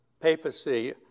papacy